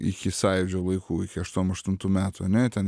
iki sąjūdžio laikų iki aštuom aštuntų metų ane ten